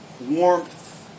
warmth